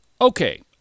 Okay